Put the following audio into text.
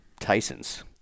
Tyson's